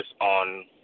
on